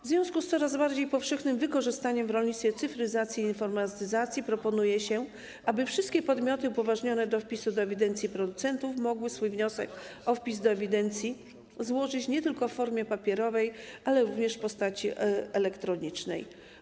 W związku z coraz bardziej powszechnym wykorzystywaniem w rolnictwie cyfryzacji i informatyzacji proponuje się, aby wszystkie podmioty upoważnione do wpisu do ewidencji producentów mogły swój wniosek o wpis do ewidencji złożyć nie tylko w formie papierowej, ale również w postaci elektronicznej.